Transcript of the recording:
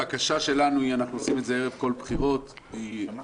הבקשה שלנו אנחנו עושים את זה ערב כל בחירות --- מיקי,